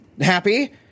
Happy